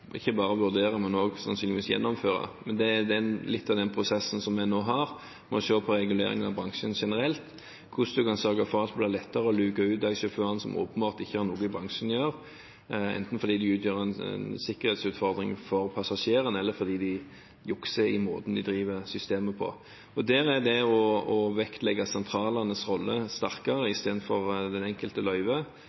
ikke bare å vurdere, men også gjennomføre litt av den prosessen som vi har nå, se på regulering av bransjen generelt og på hvordan man kan sørge for at det blir lettere å luke ut de sjåførene som åpenbart ikke har noe i bransjen å gjøre, enten fordi de utgjør en sikkerhetsutfordring for passasjeren, eller fordi de jukser i måten de driver systemet på. Det å vektlegge sentralenes rolle sterkere – i stedet for det enkelte løyve